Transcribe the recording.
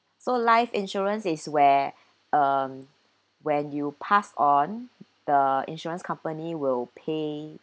so life insurance is where um when you pass on the insurance company will pay